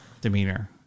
demeanor